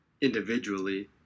individually